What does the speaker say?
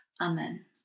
Amen